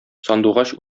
сандугач